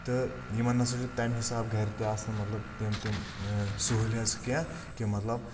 تہٕ یِمن نسا چھُ تَمہِ حِساب گرِ تہِ آسان مطلب تِم تِم سہوٗلیژ کینٛہہ کہِ مطلب